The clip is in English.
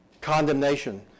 condemnation